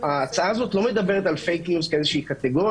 ההצעה הזאת לא מדברת על "פייק ניוז" כאיזו שהיא קטגוריה,